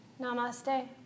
Namaste